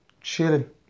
chilling